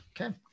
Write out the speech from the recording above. Okay